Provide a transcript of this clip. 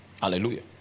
Hallelujah